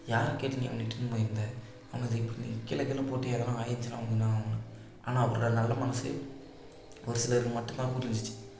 யாரை கேட்டுட்டு நீ அங்கே இட்டுனு போயிருந்த அவனுக்கு இப்போ நீ கீழே கீழே போட்டு எதுனா ஆகிருந்துச்சின்னா உனக்கு என்ன ஆனால் அவரோட நல்ல மனசு ஒரு சிலருக்கு மட்டுந்தான் புரிஞ்சிச்சி